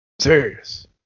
Serious